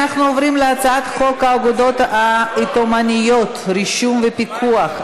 אנחנו עוברים להצעת חוק האגודות העות'מאניות (רישום ופיקוח),